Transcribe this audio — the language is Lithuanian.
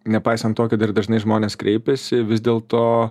nepaisant to kad ir dažnai žmonės kreipiasi vis dėl to